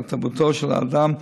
לתרבותו של אדם.